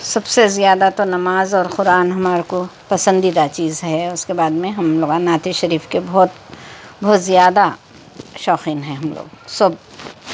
سب سے زیادہ تو نماز اور قرآن ہمارے کو پسندیدہ چیز ہے اس کے بعد میں ہم لوگوں نعت شریف کے بہت بہت زیادہ شوقین ہیں ہم لوگ سب